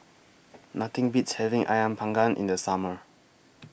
Nothing Beats having Ayam Panggang in The Summer